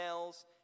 emails